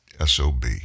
SOB